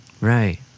Right